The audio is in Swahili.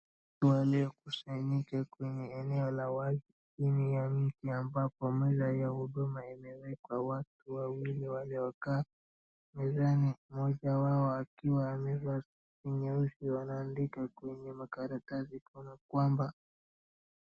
Watu waliokusanyika kwenye eneo la wazi chini ya mti ambapo kwa meza ya huduma imewekwa . Watu wawili waliokaa mezani mmoja wao akiwa amevaa skati nyeusi wanaandika kwenye makaratsi kana kwamba.